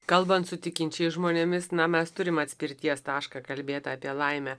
kalbant su tikinčiais žmonėmis na mes turim atspirties tašką kalbėta apie laimę